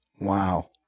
Wow